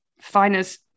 finest